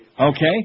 Okay